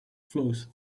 flows